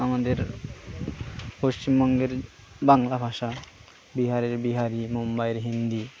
আমাদের পশ্চিমবঙ্গের বাংলা ভাষা বিহারের বিহারী মুম্বাই হিন্দি